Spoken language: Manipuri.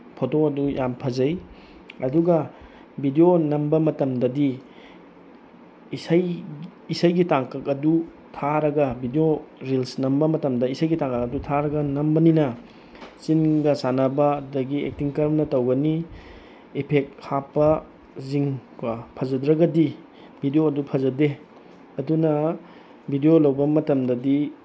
ꯐꯣꯇꯣꯗꯨ ꯌꯥꯝ ꯐꯖꯩ ꯑꯗꯨꯒ ꯚꯤꯗꯤꯑꯣ ꯅꯝꯕ ꯃꯇꯝꯗꯗꯤ ꯏꯁꯩ ꯏꯁꯩꯒꯤ ꯇꯥꯡꯀꯛ ꯑꯗꯨ ꯊꯥꯔꯒ ꯚꯤꯗꯤꯑꯣ ꯔꯤꯜꯁ ꯅꯝꯕ ꯃꯇꯝꯗ ꯏꯁꯩꯒꯤ ꯇꯥꯡꯀꯛ ꯑꯗꯨ ꯊꯥꯔꯒ ꯅꯝꯕꯅꯤꯅ ꯆꯤꯟꯒ ꯆꯥꯟꯅꯕ ꯑꯗꯨꯗꯒꯤ ꯑꯦꯛꯇꯤꯡ ꯀꯔꯝꯅ ꯇꯧꯒꯅꯤ ꯏꯐꯦꯛ ꯍꯥꯞꯄꯁꯤꯡ ꯀꯣ ꯐꯖꯗ꯭ꯔꯒꯗꯤ ꯚꯤꯗꯤꯑꯣꯗꯨ ꯐꯖꯗꯦ ꯑꯗꯨꯅ ꯚꯤꯗꯤꯑꯣ ꯂꯧꯕ ꯃꯇꯝꯗꯗꯤ